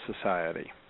society